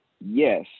yes